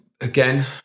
again